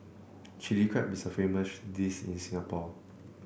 Chilli Crab is a famous dish in Singapore